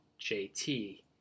JT